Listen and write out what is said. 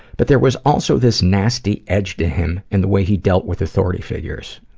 but there was also this nasty edge to him in the way he dealt with authority figures.